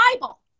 Bible